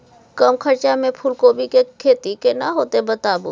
कम खर्चा में फूलकोबी के खेती केना होते बताबू?